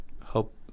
hope